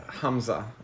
Hamza